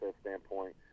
standpoint